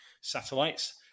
satellites